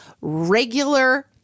regular